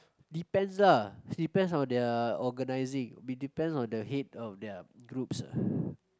depends lah depends on their organizing it depends on the head of their groups ah